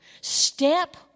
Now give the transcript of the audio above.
Step